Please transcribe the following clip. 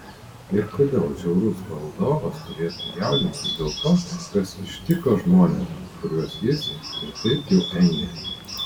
ir kodėl žiaurus valdovas turėtų jaudintis dėl to kas ištiko žmones kuriuos jis ir taip jau engia